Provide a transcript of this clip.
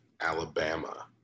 Alabama